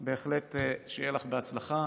בהחלט שיהיה לך בהצלחה.